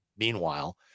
Meanwhile